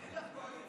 כי אין לך קואליציה.